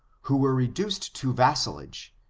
who were reduced to vassalage,